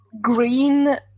green